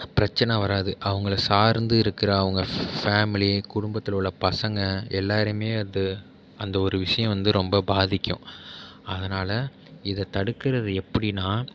பிரச்சின வராது அவங்கள சார்ந்து இருக்கிற அவங்க ஃபேமிலி குடும்பத்தில் உள்ள பசங்கள் எல்லாரையுமே அது அந்த ஒரு விஷயம் வந்து ரொம்ப பாதிக்கும் அதனால் இதை தடுக்கிறது எப்படினா